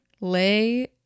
lay